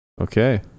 Okay